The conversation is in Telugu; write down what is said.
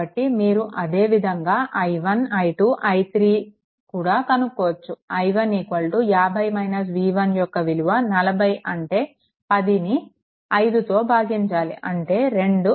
కాబట్టి మీరు ఇదే విధంగా i1 i2 i3 కూడా కనుక్కోవచ్చు i1 యొక్క విలువ 40 అంటే 10ని 5తో భాగించాలి అంటే 2 ఆంపియర్లు